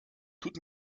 tut